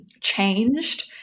changed